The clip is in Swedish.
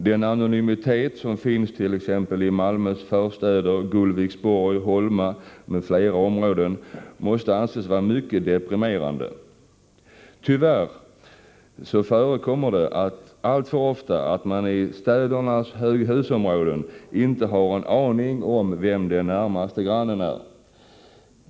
Den anonymitet som finns t.ex. i Malmös förstäder Gullviksborg, Holma m.fl. områden måste anses vara mycket deprimerande. Tyvärr förekommer det alltför ofta att man i städernas höghusområden inte har en aning om vem den närmaste grannen är.